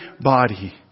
body